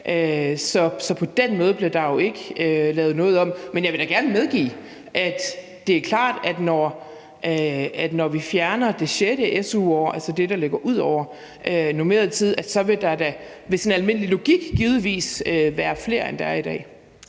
Så på den måde bliver der jo ikke lavet noget om. Men jeg vil da gerne medgive, at det er klart, at når vi fjerner det sjette su-år, altså det, der ligger ud over den normerede tid, så vil der ud fra sådan en almindelig logik givetvis være flere, end der er i dag.